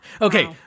Okay